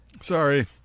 Sorry